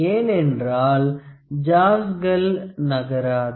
ஏன் என்றாள் ஜாவ்ஸ்கள் நகராது